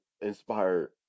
inspired